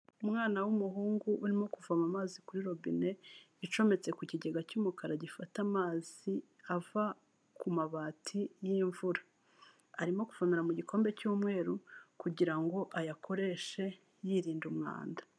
Umwana w'umuhungu urimo kuvoma mazi kuri robine, icometse ku kigega cy'umukara gifata amazi ava ku mabati y'imvura, arimo gu kuvomera mu gikombe cy'umweru kugirango ngo ayakoreshe yirinda umwanda.